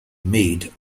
made